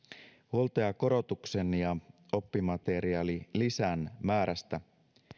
huoltajakorotuksen ja oppimateriaalilisän määrästä